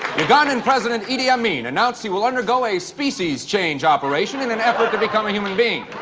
ugandan president idi amin announced he will undergo a species change operation in an effort to become a human being.